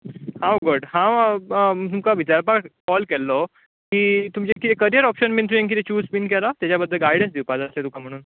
हांव घट हांव तुका विचारपाक काॅल केल्लो की तुमचें कॅरियर ऑपशन तुयेन कितें चूस बी केलां तेज्या बद्दल गायडन्स दिवपाक जाय आसलें म्हणून